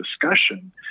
discussion